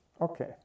Okay